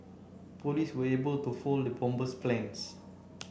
police were able to foil the bomber's plans